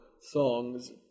songs